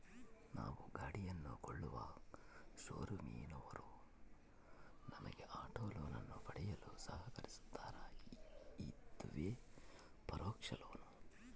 ನಾವು ಗಾಡಿಯನ್ನು ಕೊಳ್ಳುವ ಶೋರೂಮಿನವರು ನಮಗೆ ಆಟೋ ಲೋನನ್ನು ಪಡೆಯಲು ಸಹಕರಿಸ್ತಾರ, ಇದುವೇ ಪರೋಕ್ಷ ಲೋನ್